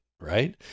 right